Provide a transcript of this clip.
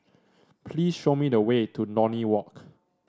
please show me the way to Lornie Walk